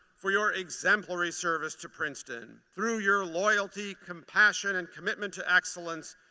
for your exemplary service to princeton. through your loyalty, compassion and commitment to excellence,